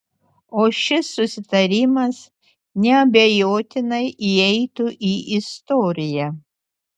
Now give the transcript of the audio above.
o šis susitarimas neabejotinai įeitų į istoriją